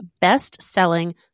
best-selling